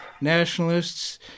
nationalists